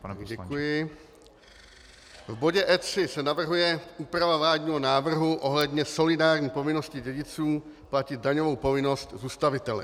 V bodě E3 se navrhuje úprava vládního návrhu ohledně solidární povinnosti dědiců platit daňovou povinnost zůstavitele.